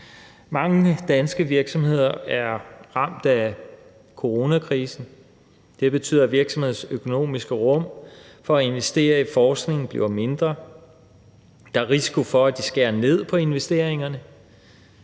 Mange danske virksomheder er ramt af coronakrisen, og det betyder, at virksomhedernes økonomiske rum for at investere i forskning bliver mindre, og at der er risiko for, at de skærer ned på investeringerne.